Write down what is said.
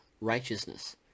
righteousness